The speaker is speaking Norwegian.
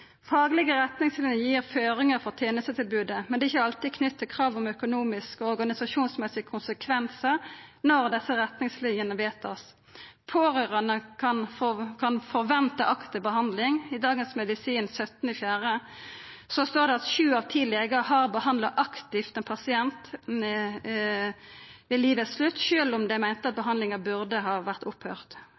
Faglege retningslinjer gir føringar for tenestetilbodet, men det er ikkje alltid knytt til krav om økonomiske og organisasjonsmessige konsekvensar når desse retningslinjene vert vedtatt. Pårørande kan forventa aktiv behandling. I Dagens Medisin 17. april står det at sju av ti legar har behandla aktivt ein pasient ved livets slutt, sjølv om dei meinte at behandlinga burde ha vore